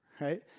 right